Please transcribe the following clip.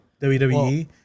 WWE